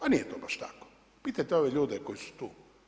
Ali nije to baš tako, pitajte ove ljude koji su tu.